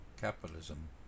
capitalism